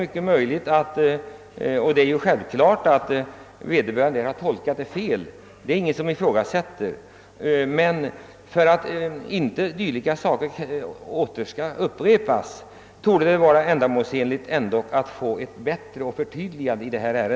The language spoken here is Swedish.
Ingen ifrågasätter annat än att vederbörande i detta fall hade tolkat bestämmelserna felaktigt, men för att dylika saker inte skall upprepas torde det vara ändamålsenligt att få fram ett förtydligande.